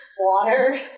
water